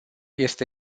este